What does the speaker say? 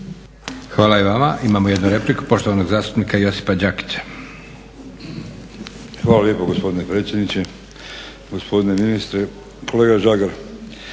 Hvala i vama. Imamo jednu repliku poštovanog zastupnika Josipa Đakića. **Đakić, Josip (HDZ)** Hvala lijepo gospodine predsjedniče, gospodine ministre. Kolega Žagar,